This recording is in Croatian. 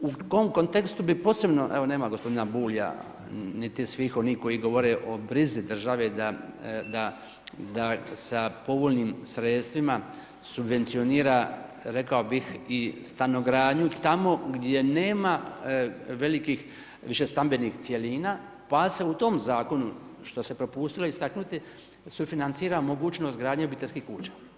U kom kontekstu bi posebno, evo nema gospodina Bulja niti svih onih koji govore o brizi države da sa povoljnim sredstvima subvencionira rekao bih i stanogradnju tamo gdje nema velikih više stambenih cjelina, pa se u tom zakonu što se propustilo istaknuti sufinancira mogućnost izgradnje obiteljskih kuća.